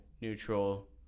neutral